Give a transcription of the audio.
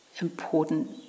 important